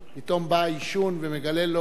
פתאום בא העישון ומגלה לו: